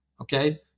Okay